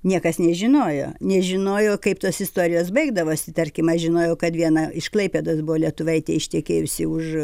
niekas nežinojo nežinojo kaip tos istorijos baigdavosi tarkim aš žinojau kad viena iš klaipėdos buvo lietuvaitė ištekėjusi už